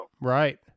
Right